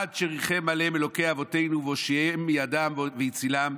עד שריחם עליהם אלוקי אבותינו והושיעם מידם והצילם,